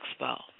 expo